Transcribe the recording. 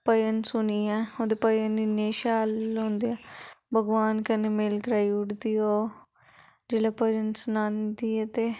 भजन सुनिये ओह्दे भजन इन्ने शैल लगदे भगवान कन्नै मेल कराई ओड़दी ओह् जिल्ले भजन सनांदी ऐ